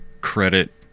credit